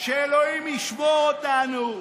שאלוהים ישמור אותנו.